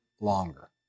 longer